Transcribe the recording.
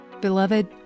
Beloved